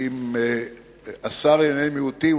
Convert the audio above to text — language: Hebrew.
אם השר לענייני מיעוטים,